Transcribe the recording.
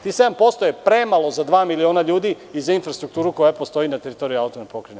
Tih 7% je premalo za dva miliona ljudi i za infrastrukturu koja postoji na teritoriji AP Vojvodine.